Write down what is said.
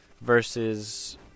versus